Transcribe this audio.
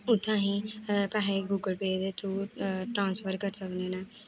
उत्थै अहीं पैहे गूगल पे दे थ्रू ट्रांसफर करी सकने न